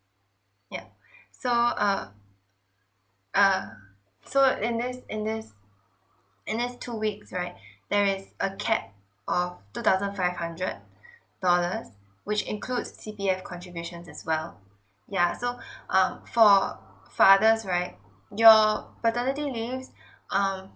yeah so err err so in this in this in this two weeks right there is a cap of two thousand five hundred dollars which includes C_P_F contributions as well yeah so um for fathers right your paternity leave um